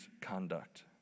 conduct